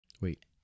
Wait